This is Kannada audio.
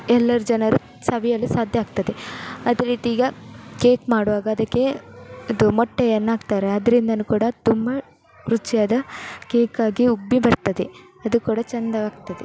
ಎಲ್ಲರು ಜನರು ಸವಿಯಲು ಸಾಧ್ಯ ಆಗ್ತದೆ ಅದೇ ರೀತಿ ಈಗ ಕೇಕ್ ಮಾಡುವಾಗ ಅದಕ್ಕೆ ಇದು ಮೊಟ್ಟೆಯನ್ನ ಹಾಕ್ತಾರೆ ಅದ್ರಿಂದಲೂ ಕೂಡ ತುಂಬ ರುಚಿಯಾದ ಕೇಕಾಗಿ ಉಬ್ಬಿ ಬರ್ತದೆ ಅದು ಕೂಡ ಚೆಂದವಾಗ್ತದೆ